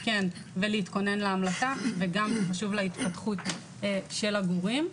קן ולהתכונן להמלטה וזה גם חשוב להתפתחות של הגורים.